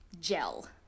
gel